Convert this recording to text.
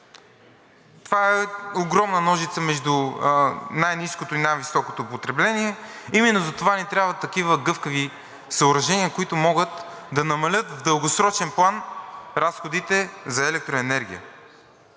Това е огромна ножица между най-ниското и най-високото потребление. Именно затова ни трябват такива гъвкави съоръжения, които могат да намалят в дългосрочен план разходите за електроенергия.